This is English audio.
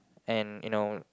and you know